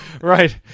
Right